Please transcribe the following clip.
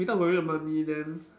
without worrying about money then